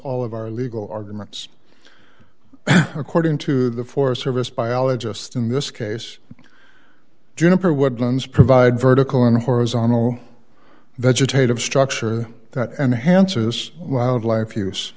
all of our legal arguments according to the forest service biologist in this case juniper woodlands provide vertical and horizontal vegetative structure that enhances wildlife use